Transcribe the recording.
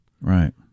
Right